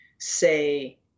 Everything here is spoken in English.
say